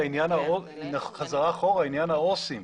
רגע, חזרה אחורה, עניין העו"סים.